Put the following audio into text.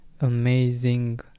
amazing